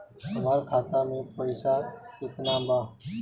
हमरा खाता में पइसा केतना बा?